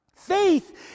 faith